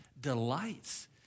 delights